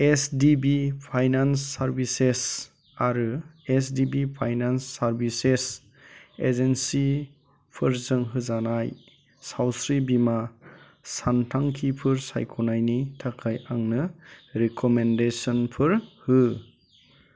S D B finance services आरो S D B finance services एजेन्सिफोरजों होजानाय सावस्रि बीमा सानथांखिफोर सायख'नायनि थाखाय आंनो रिकमेन्देसनफोर हो